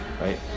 right